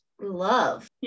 love